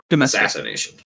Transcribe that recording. Assassination